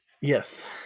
Yes